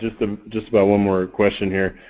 just um just about one more question here.